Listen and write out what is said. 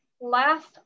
last